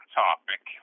topic